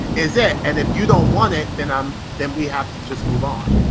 is it. and if you don't want it, then um then we have to just move on,